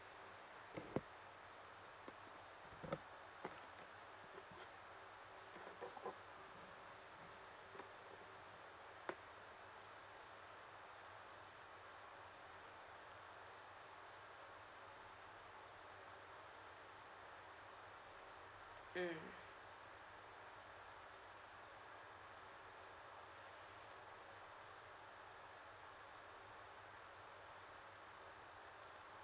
mm